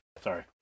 sorry